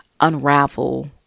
unravel